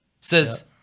Says